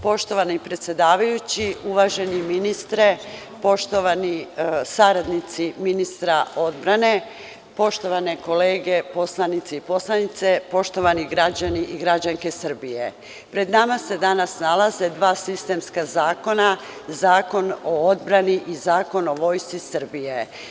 Poštovani predsedavajući, uvaženi ministre, poštovani saradnici ministra odbrane, poštovane kolege poslanici i poslanice, poštovani građani i građanke Srbije, pred nama se danas nalaze dva sistemska zakona, Zakon o odbrani i Zakon o Vojsci Srbije.